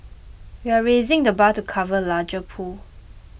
we are raising the bar to cover a larger pool